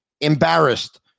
embarrassed